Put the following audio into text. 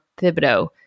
Thibodeau